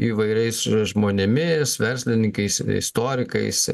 įvairiais žmonėmis verslininkais istorikais